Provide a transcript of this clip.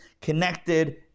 connected